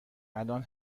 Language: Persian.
الان